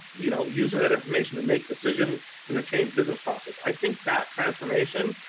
you know, using that information to make decisions and the change business process. i think that transformation,